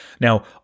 Now